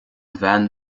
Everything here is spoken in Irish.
bhean